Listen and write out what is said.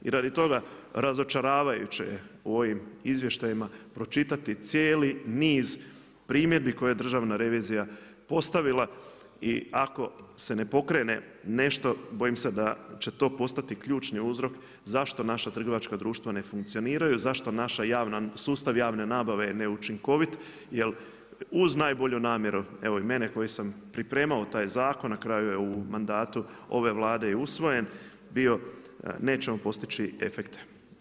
I radi toga, razočaravajuće je u ovim izvještajima pročitati cijeli niz primjedbi koje je Državna revizija postavila i ako se ne porekne nešto, bojim se da će to postati ključni uzrok zašto naša trgovačka društva ne funkcioniraju, zašto naš sustav javne nabave je neučinkovit, jer uz najbolju namjeru, evo i mene koji sam pripremao taj zakon, na kraju je u mandatu ove Vlade usvojen bio, nećemo postići efekte.